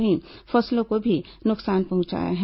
वहीं फसलों को भी नुकसान पहुंचाया है